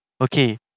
Okay